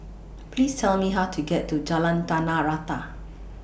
Please Tell Me How to get to Jalan Tanah Rata